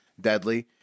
deadly